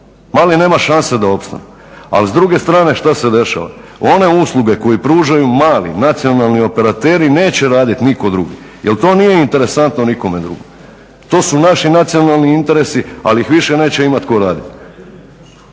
Mali nemaju šanse da opstaju. Ali s druge strane šta se dešava? One usluge koje pružaju mali nacionalni operateri neće raditi niko drugi jel to nije interesantno nikome drugome. To su naši nacionalni interesi, ali ih više neće imati tko raditi.